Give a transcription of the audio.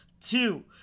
Two